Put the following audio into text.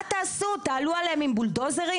מה תעשו, תעלו עליהם עם בולדוזרים?